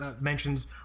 mentions